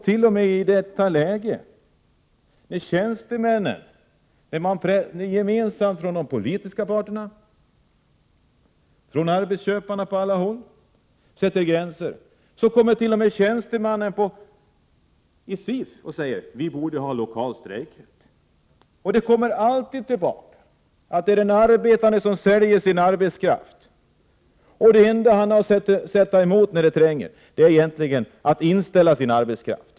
Till och med i dagens läge, där de politiska parterna och arbetsköparna gemensamt sätter gränser, kommer tjänstemän i SIF och säger att vi borde ha lokal strejkrätt. Det är alltid den arbetande som säljer sin arbetskraft, och det enda den arbetande har att sätta emot när det tränger är att vägra att sälja sin arbetskraft.